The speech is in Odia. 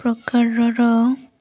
ପ୍ରକାରର